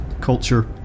culture